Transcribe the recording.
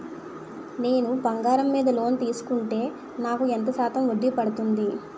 నేను బంగారం మీద లోన్ తీసుకుంటే నాకు ఎంత శాతం వడ్డీ పడుతుంది?